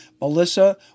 Melissa